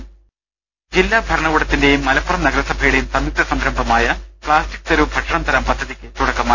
ലലലലലല ജില്ലാ ഭരണകൂടത്തിന്റെയും മലപ്പുറം നഗരസഭയുടെയും സംയുക്ത സംരംഭമായ പ്ലാസ്റ്റിക് തരൂ ഭക്ഷണം തരാം പദ്ധതിക്ക് തുടക്കമായി